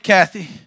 Kathy